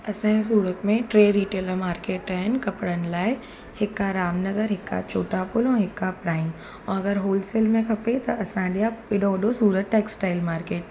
असांजे सूरत में टे रिटेल मार्केट आहिनि कपिड़नि लाइ हिकु आहे रामनगर हिकु आहे चोटापुल ऐं हिकु आहे प्राइम अगरि होलसेल में खपे त असां लिया हेॾो वॾो सूरत टेक्सटाइल मार्केट